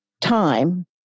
time